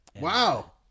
Wow